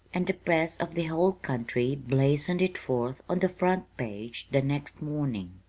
and the press of the whole country blazoned it forth on the front page the next morning.